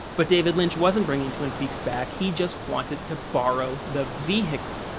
but david lynch wasn't bringing twin peaks back, he just wanted to borrow the vehicle.